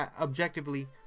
objectively